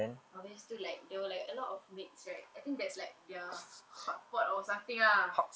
habis tu like there were like a lot of maids right I think that's like their hotpot or something ah